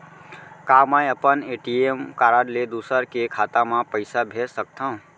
का मैं अपन ए.टी.एम कारड ले दूसर के खाता म पइसा भेज सकथव?